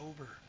over